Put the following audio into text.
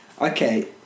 Okay